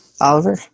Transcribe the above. Oliver